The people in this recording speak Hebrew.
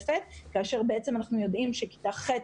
כאשר אנחנו יודעים שתלמידי כיתה ח'